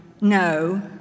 no